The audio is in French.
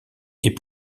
est